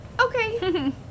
okay